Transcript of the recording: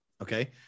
Okay